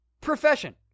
profession